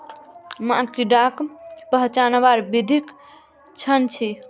मी कीडाक पहचानवार विधिक जन छी